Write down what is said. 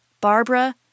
Barbara